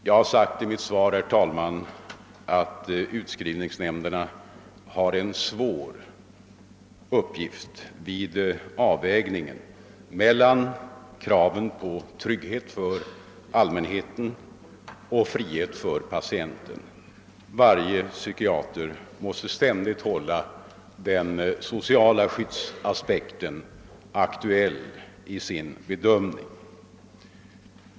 Jag har sagt i mitt svar, herr talman, att utskrivningsnämnderna har en svår uppgift vid avvägningen mellan kravet på trygghet för allmänheten och kravet på frihet för patienten. Varje psykiater måste ständigt hålla den sociala skyddsaspekten aktuell i sin bedömning.